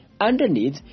Underneath